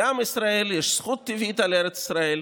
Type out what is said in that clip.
"לעם ישראל יש זכות טבעית על ארץ ישראל.